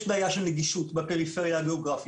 יש בעיה של נגישות בפריפריה הגיאוגרפית,